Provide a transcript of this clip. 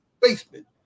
basement